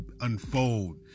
unfold